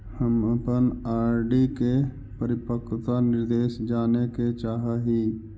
हम अपन आर.डी के परिपक्वता निर्देश जाने के चाह ही